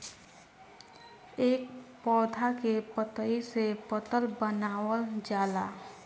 ए पौधा के पतइ से पतल बनावल जाला